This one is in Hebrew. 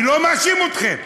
אני לא מאשים אתכם.